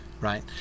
Right